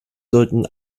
sollten